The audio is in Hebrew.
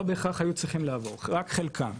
לא בהכרח היו צריכים לעבור, רק חלקן,